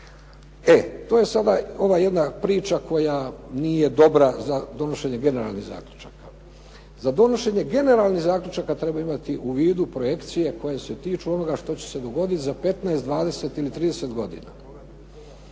E to je sada ova jedna priča koja nije dobra za donošenje generalnih zaključaka. Za donošenje generalnih zaključaka treba imati u vidu projekcije koje se tiču onoga što će se dogoditi za 15, 20 ili 30 godina.